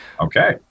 okay